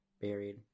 buried